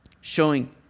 showing